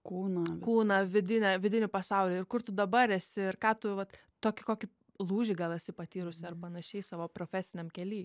kūną kūną vidinę vidinį pasaulį ir kur tu dabar esi ir ką tu vat tokį kokį lūžį gal esi patyrusi ar panašiai savo profesiniam kely